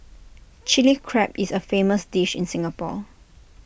Chilli Crab is A famous dish in Singapore